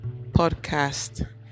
podcast